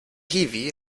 hiwi